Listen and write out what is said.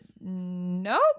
Nope